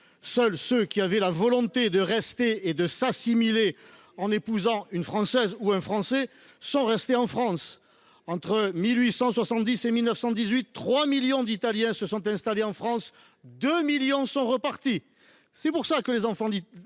Seuls ceux qui avaient la volonté de rester et de s’assimiler en épousant une Française ou un Français sont restés. Entre 1870 et 1918, 3 millions d’Italiens se sont installés en France : 2 millions sont repartis ! C’est pour cela que les enfants d’immigrés